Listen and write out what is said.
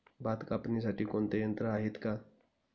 भात कापणीसाठी कोणते यंत्र आहेत का?